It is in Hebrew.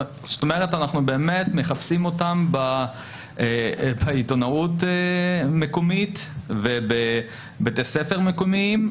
זאת אומרת אנחנו באמת מחפשים אותם בעיתונות מקומית ובבת יספר מקומיים,